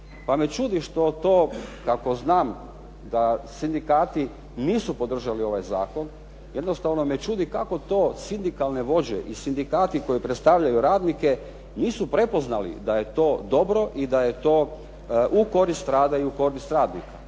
pa me čudi to što znam da sindikati nisu podržali ovaj Zakon, jednostavno me čudi kako to sindikalne vođe i sindikati koji predstavljaju radnike nisu prepoznali da je to dobro i da je to u korist rada i u korist radnika.